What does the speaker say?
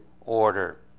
order